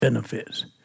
benefits